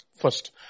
first